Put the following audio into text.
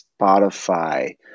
Spotify